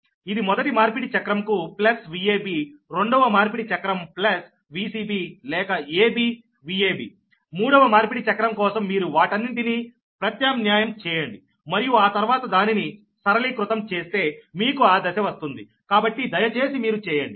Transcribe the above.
ఇది మొదటి మార్పిడి చక్రం కు ప్లస్ Vab రెండవ మార్పిడి చక్రం ప్లస్ Vcb లేక ab Vab మూడవ మార్పిడి చక్రం కోసం మీరు వాటన్నింటినీ ప్రత్యామ్న్యాయం చేయండి మరియు ఆ తర్వాత దానిని సరళీకృతం చేస్తే మీకు ఆ దశ వస్తుంది కాబట్టి దయచేసి మీరు చేయండి